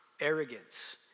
arrogance